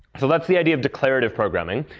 so that's the idea of declarative programming.